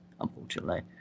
unfortunately